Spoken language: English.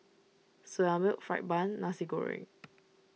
Soya Milk Fried Bun Nasi Goreng